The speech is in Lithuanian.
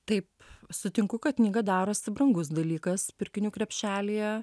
taip sutinku kad knyga darosi brangus dalykas pirkinių krepšelyje